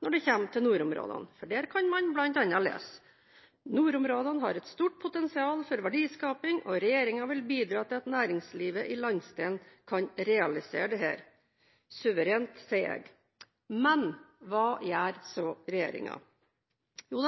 når man kommer til nordområdene, for da kan man bl.a. lese: «Nordområdene har et stort potensial for verdiskaping og regjeringen vil bidra til at næringslivet i landsdelen kan realisere dette.» Suverent, sier jeg. Hva gjør så regjeringen? Jo,